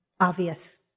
obvious